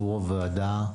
בשביל הוועדה,